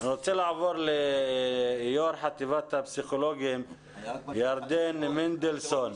אני רוצה לעבור ליו"ר חטיבת הפסיכולוגים ירדן מנדלסון.